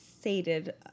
sated